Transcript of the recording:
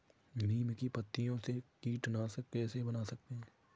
नीम की पत्तियों से कीटनाशक कैसे बना सकते हैं?